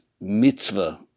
mitzvah